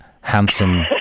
handsome